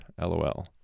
LOL